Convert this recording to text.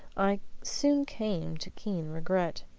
i soon came to keen regret.